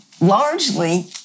largely